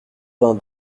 vingt